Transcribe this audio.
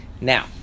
Now